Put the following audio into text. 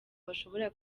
bashobora